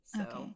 Okay